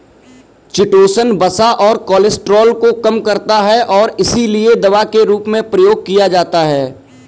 chitosan वसा और cholesterol को कम करता है और इसीलिए दवा के रूप में प्रयोग किया जाता है